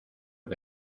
que